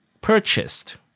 purchased